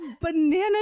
banana